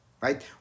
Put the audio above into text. right